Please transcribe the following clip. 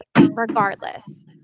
regardless